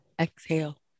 Exhale